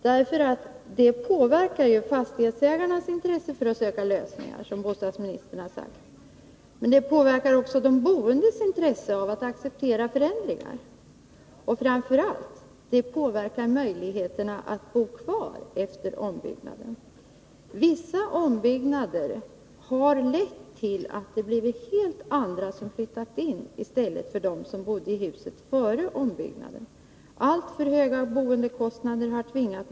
Det påverkar ju fastighetsägarnas intresse för att söka lösningar, som bostadsministern har sagt. Det påverkar också de boendes intresse av att acceptera förändringar. Och — framför allt — det påverkar människors möjligheter att bo kvar efter ombyggnaden. Vissa ombyggnader har lett till att helt andra än de som bodde i huset före ombyggnaden har flyttat in. Alltför höga boendekostnader har tvingat .